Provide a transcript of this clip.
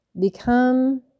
become